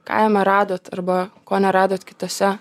ką jame radot arba ko neradot kitose